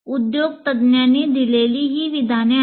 उद्योग तज्ज्ञांनी दिलेली ही विधानं आहेत